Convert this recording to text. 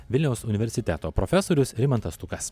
vilniaus universiteto profesorius rimantas stukas